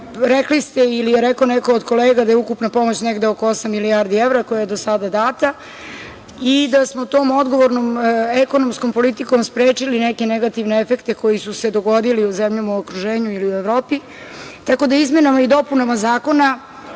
ste, ili je rekao neko od kolega, da je ukupna pomoć negde oko osam milijardi evra, koja je do sada data, i da smo tom odgovornom ekonomskom politikom sprečili neke negativne efekte koji su se dogodili u zemljama u okruženju ili Evropi, tako da izmenama i dopunama ovog zakona